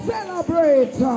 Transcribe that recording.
Celebrate